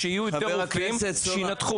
כדי שיהיו יותר רופאים שינתחו,